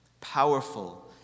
Powerful